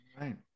right